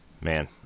man